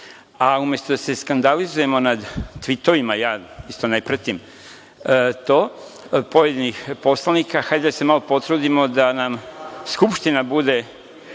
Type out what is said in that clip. a umesto da se skandalizujemo nad tvitovima, ja isto ne pratim to, pojedinih poslanika, hajde da se malo potrudimo da nam Skupština bude